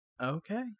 Okay